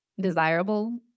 desirable